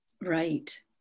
Right